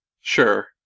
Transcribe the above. sure